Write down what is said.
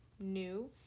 new